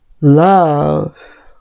love